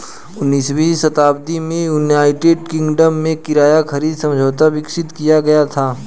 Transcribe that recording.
उन्नीसवीं शताब्दी में यूनाइटेड किंगडम में किराया खरीद समझौता विकसित किया गया था